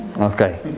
okay